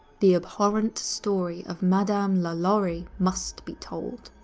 the abhorrent story of madame lalaurie must be told.